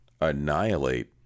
annihilate